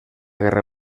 guerra